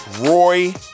Roy